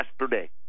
yesterday